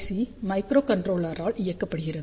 C மைக்ரோகண்ட்ரோலரால் இயக்கப்படுகிறது